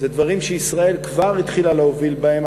זה דברים שישראל כבר התחילה להוביל בהם,